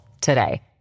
today